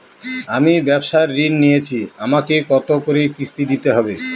আমি ব্যবসার ঋণ নিয়েছি আমাকে কত করে কিস্তি দিতে হবে?